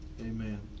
Amen